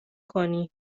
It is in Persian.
کنی